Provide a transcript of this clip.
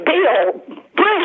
Bill